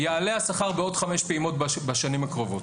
יעלה השכר בעוד חמש פעימות בשנים הקרובות.